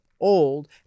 old